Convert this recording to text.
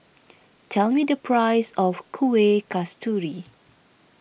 tell me the price of Kuih Kasturi